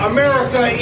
America